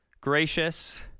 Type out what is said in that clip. gracious